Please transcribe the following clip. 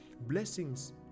Blessings